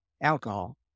alcohol